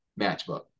matchbook